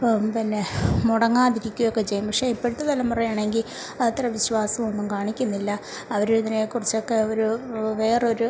പോവും പിന്നെ മുടങ്ങാതിരിക്കുക ഒക്കെ ചെയ്യും പക്ഷേ ഇപ്പോഴത്തെ തലമുറ ആണെങ്കിൽ അത്ര വിശ്വാസം ഒന്നും കാണിക്കുന്നില്ല അവർ ഇതിനെ കുറിച്ചൊക്കെ ഒരു വേറെ ഒരു